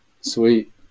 Sweet